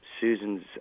Susan's